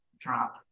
drop